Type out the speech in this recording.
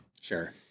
Sure